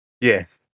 Yes